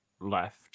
left